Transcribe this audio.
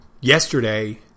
Yesterday